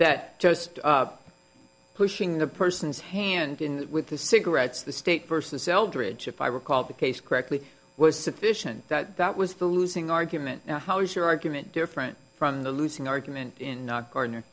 that just pushing the person's hand in with the cigarettes the state versus eldridge if i recall the case correctly was sufficient that that was the losing argument now how is your argument different from the losing argument in not garner